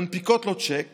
מנפיקות לו צ'ק